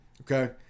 Okay